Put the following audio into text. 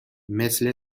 مثل